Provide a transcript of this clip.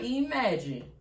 imagine